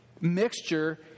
mixture